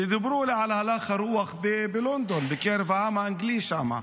שדיברו על הלך הרוח בלונדון, בקרב העם האנגלי שם.